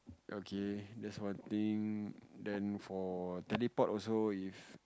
okay that's one thing then for teleport also if